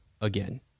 again